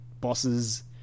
bosses